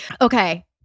okay